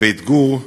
לבית גור.